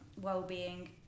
well-being